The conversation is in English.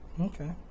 Okay